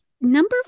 number